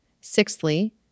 Sixthly